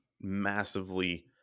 massively